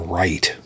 right